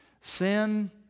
Sin